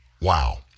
Wow